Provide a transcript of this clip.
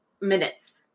Minutes